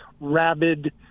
rabid